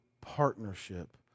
partnership